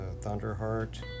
Thunderheart